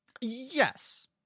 yes